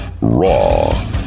raw